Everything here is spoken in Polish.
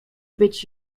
być